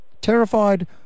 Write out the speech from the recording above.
Terrified